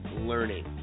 learning